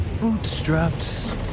bootstraps